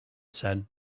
said